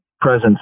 presence